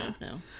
No